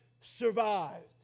survived